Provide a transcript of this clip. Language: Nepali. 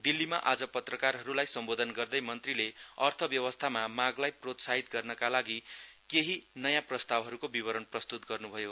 दिल्लीमा आज पत्रकारहरुलाई सम्बोधन गर्दै मन्त्रीले अथव्यवस्थामा मागलाई प्रोत्साहित गर्नका लागि केही नयाँ प्रस्तावहरुको विवरण प्रस्तुत गर्नुभयो